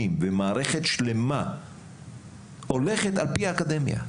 ומערכת שלמה הולכים על פי האקדמיה.